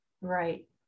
right